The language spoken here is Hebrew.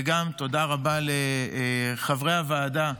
וגם תודה רבה לחברי הוועדה,